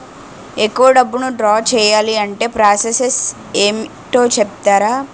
ఎక్కువ డబ్బును ద్రా చేయాలి అంటే ప్రాస సస్ ఏమిటో చెప్తారా?